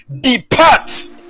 Depart